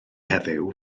heddiw